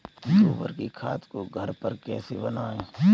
गोबर की खाद को घर पर कैसे बनाएँ?